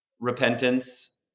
repentance